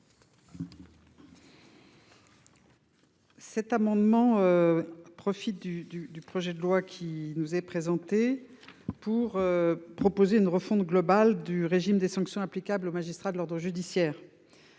Cet amendement. Profite du du du projet de loi qui nous est présenté pour. Proposer une refonte globale du régime des sanctions applicables aux magistrats de l'ordre judiciaire.